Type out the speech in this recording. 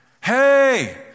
hey